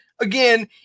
again